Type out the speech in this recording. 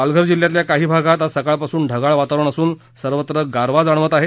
पालघर जिल्ह्यातल्या काही भागांत आज सकाळ पासून ढगाळ वातावरण असून सर्वत्र गारवा जाणवत आहे